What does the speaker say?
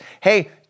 Hey